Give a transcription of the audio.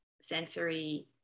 sensory